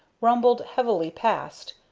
rumbled heavily past,